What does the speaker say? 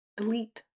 Elite